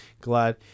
glad –